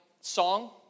song